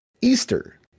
Easter